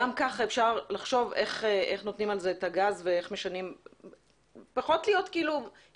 גם ככה אפשר לחשוב איך נותנים על זה את הגז ופחות להיות עם